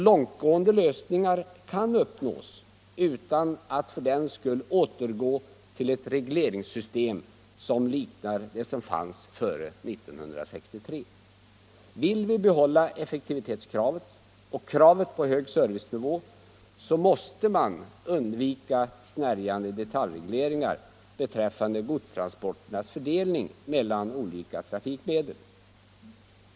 Långtgående lösningar kan uppnås utan att man för den skull behöver återgå till ett regleringssystem som liknar det som fanns före 1963. Vill vi behålla effektivitetskravet och kravet på hög servicenivå, måste vi undvika snärjande detaljregleringar beträffande godstransporternas fördelning mellan olika trafikmedel.